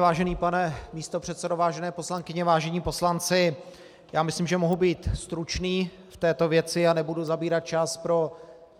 Vážený pane místopředsedo, vážené poslankyně, vážení poslanci, myslím, že mohu být stručný v této věci a nebudu zabírat čas pro